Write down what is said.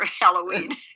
halloween